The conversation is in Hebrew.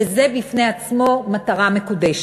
שזה בפני עצמו מטרה מקודשת.